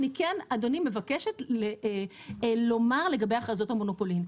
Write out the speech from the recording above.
אני כן אדוני מבקשת לומר לגבי הכרזות המונופולין.